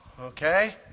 Okay